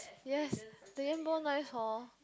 yes the yam ball nice [horh]